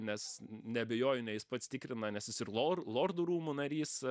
nes neabejoju ne jis pats tikrina nes jis ir lor lordų rūmų narys